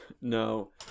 No